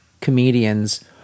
comedians